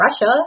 Russia